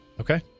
okay